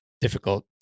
difficult